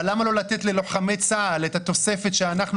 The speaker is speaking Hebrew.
אבל למה לא לתת ללוחמי צה"ל את התוספת שאנחנו